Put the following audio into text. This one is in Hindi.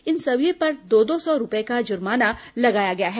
इन सभी पर दो दो सौ रूपये का जुर्माना लगाया गया है